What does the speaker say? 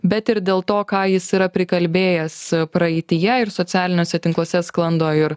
bet ir dėl to ką jis yra prikalbėjęs praeityje ir socialiniuose tinkluose sklando ir